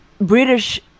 british